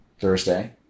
Thursday